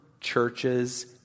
churches